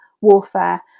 warfare